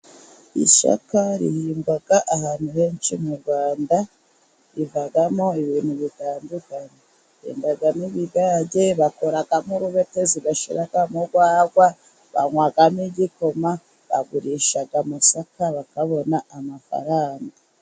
Ishyaka rihimba ahantu henshi mu rwanda, rivamo ibintu bitandukanye, rivamo ibigage, bakoramo urubetezi bashyira mu rwagwa, banywamo igikoma, bagurisha amasaka bakabona amafaranga,